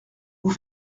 vous